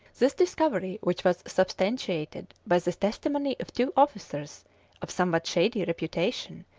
this discovery, which was substantiated by the testimony of two officers of somewhat shady reputation,